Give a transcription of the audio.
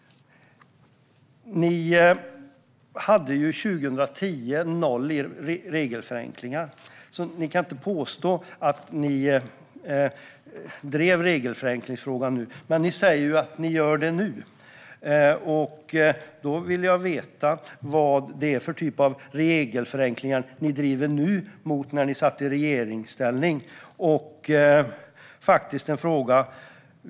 Ni gjorde noll regelförenklingar 2010 och kan inte påstå att ni drev frågan då. Ni säger dock att ni gör det nu. Jag vill veta vilka slags regelförenklingar ni driver nu jämfört när ni satt i regeringsställning.